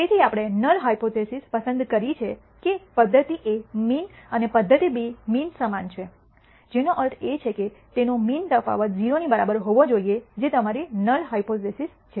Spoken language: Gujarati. તેથી આપણે નલ હાયપોથીસિસ પસંદ કરી છે કે પદ્ધતિ એ મીન અને પદ્ધતિ બી મીન બંને સમાન છે જેનો અર્થ એ છે કે તેનો મીન તફાવત 0 ની બરાબર હોવો જોઈએ જે તમારી નલ હાયપોથીસિસ છે